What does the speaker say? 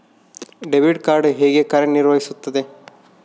Debit card ಹೇಗೆ ಕಾರ್ಯನಿರ್ವಹಿಸುತ್ತದೆ?